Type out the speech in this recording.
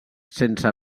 sense